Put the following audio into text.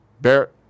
Barrett